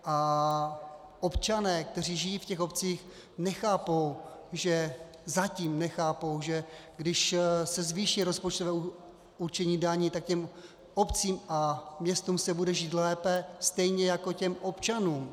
A občané, kteří žijí v těch obcích, nechápou, zatím nechápou, že když se zvýší rozpočtové určení daní, tak těm obcím a městům se bude žít lépe, stejně jako těm občanům.